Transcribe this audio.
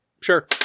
sure